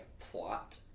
plot